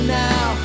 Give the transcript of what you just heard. now